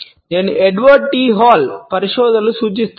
నేను Edward T Hall పరిశోధనలను సూచిస్తాను